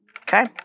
Okay